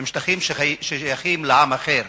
הם שטחים ששייכים לעם אחר,